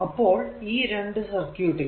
അപ്പോൾ ഈ രണ്ടു സർക്യൂട് ലും